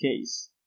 case